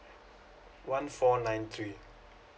one four nine three